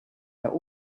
der